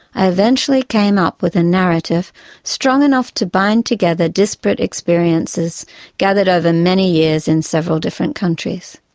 i eventually came up with a narrative strong enough to bind together disparate experiences gathered over many years in several different countries.